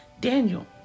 daniel